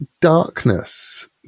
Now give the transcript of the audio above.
darkness